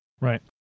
Right